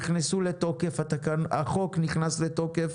מאז שהחוק נכנס לתוקף,